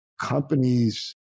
companies